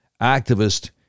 activist